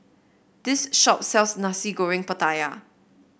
this shop sells Nasi Goreng Pattaya